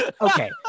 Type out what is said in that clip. Okay